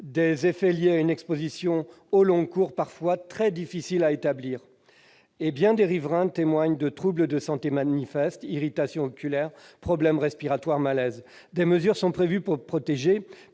Ces effets liés à une exposition au long cours sont parfois très difficiles à établir. Bien des riverains témoignent de troubles de santé manifestes : irritations oculaires, problèmes respiratoires, malaises. Des mesures sont prévues pour protéger,